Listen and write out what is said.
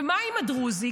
ומה עם הדרוזי?